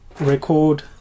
record